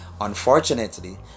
Unfortunately